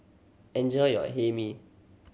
enjoy your Hae Mee